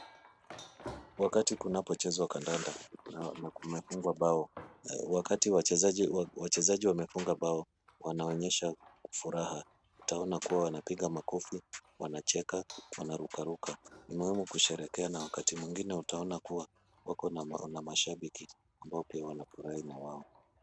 Wakati kunapochezwa kandanda na kumefungwa bao, wakati wachezaji wamefunga bao wanaonyesha furaha. Utaona kuwa wanapiga makofi, wanacheka, wanarukaruka. Ni muhimu kusherehekea na wakati mwingine utaona kuwa wako na mashabiki ambao pia wanafurahi na wao.